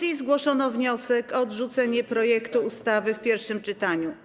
W dyskusji zgłoszono wniosek o odrzucenie projektu ustawy w pierwszym czytaniu.